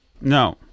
No